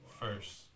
first